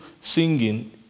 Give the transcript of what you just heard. Singing